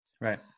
Right